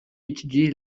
étudier